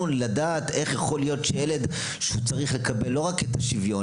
לדעת איך יכול להיות שילד שצריך לקבל לא רק את השוויון,